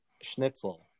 schnitzel